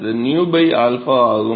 அது 𝝂 𝞪 ஆகும்